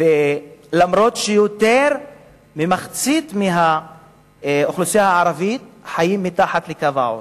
למרות שיותר ממחצית מהאוכלוסייה הערבית חיים מתחת לקו העוני.